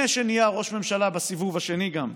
שהוא נהיה ראש ממשלה בסיבוב השני גם.